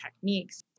techniques